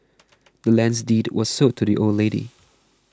the land's deed was sold to the old lady